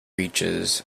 reaches